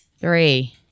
Three